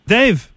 Dave